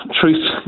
truth